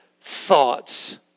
thoughts